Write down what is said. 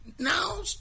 Now